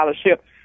scholarship